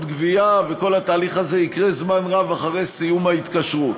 גבייה וכל התהליך הזה יקרה זמן רב אחרי סיום ההתקשרות.